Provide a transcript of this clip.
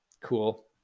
cool